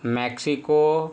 Mexico